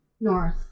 North